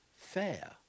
fair